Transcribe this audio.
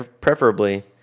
Preferably